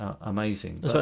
amazing